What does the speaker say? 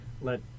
let